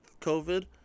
COVID